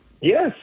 Yes